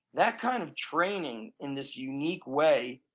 that kind of training in this unique way.